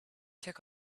took